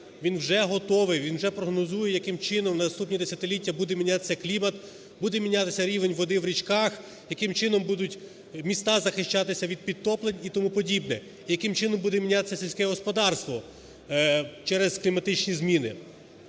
він вже готовий, він вже прогнозує, яким чино в наступні десятиліття буде мінятися клімат, буде мінятися рівень води в річках, яким чином будуть міста захищатися від підтоплень і тому подібне, і яким чином буде мінятися сільське господарство через кліматичні зміни.